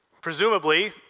presumably